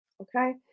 Okay